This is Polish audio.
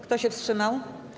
Kto się wstrzymał?